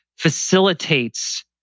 facilitates